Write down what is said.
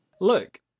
Look